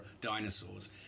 dinosaurs